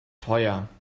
teuer